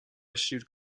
issued